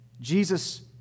Jesus